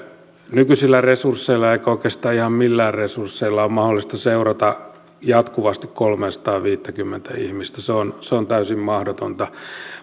nykyisillä resursseilla eikä oikeastaan ihan millään resursseilla ole mahdollista seurata jatkuvasti kolmeasataaviittäkymmentä ihmistä se on se on täysin mahdotonta